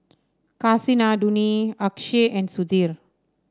Kasinadhuni Akshay and Sudhir